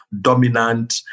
dominant